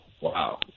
Wow